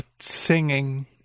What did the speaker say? singing